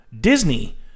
disney